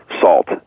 salt